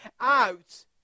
out